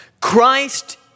Christ